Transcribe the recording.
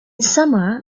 summer